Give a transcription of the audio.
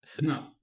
No